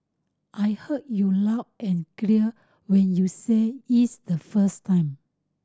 I heard you loud and clear when you said its the first time